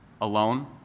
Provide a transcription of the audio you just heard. alone